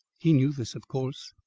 he knew this of course,